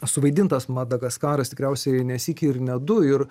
suvaidintas madagaskaras tikriausiai ne sykį ir ne du ir